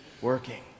working